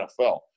NFL